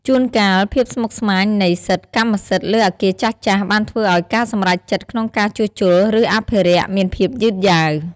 ជួនកាលភាពស្មុគស្មាញនៃសិទ្ធិកម្មសិទ្ធិលើអគារចាស់ៗបានធ្វើឱ្យការសម្រេចចិត្តក្នុងការជួសជុល ឬអភិរក្សមានភាពយឺតយ៉ាវ។